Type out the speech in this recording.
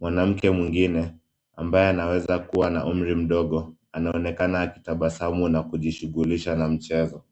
Mwanamke mwingine ambaye anaweza kuwa na umri mdogo anaonekana akitabasamu na kujishughulisha na mchezo.